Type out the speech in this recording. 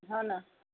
हो न